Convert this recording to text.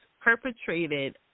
perpetrated